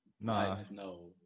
No